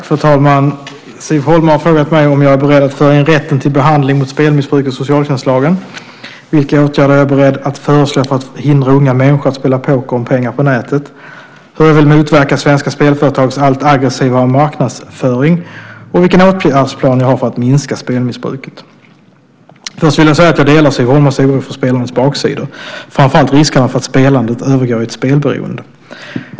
Fru talman! Siv Holma har frågat mig om 1. jag är beredd att föra in rätten till behandling mot spelmissbruk i socialtjänstlagen, 2. vilka åtgärder jag är beredd att föreslå för att hindra unga människor att spela poker om pengar på nätet, 3. hur jag vill motverka svenska spelföretags allt aggressivare marknadsföring och 4. vilken åtgärdsplan jag har för att minska spelmissbruket. Först vill jag säga att jag delar Siv Holmas oro för spelandets baksidor, framför allt riskerna för att spelandet övergår i ett spelberoende.